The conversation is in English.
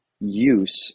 use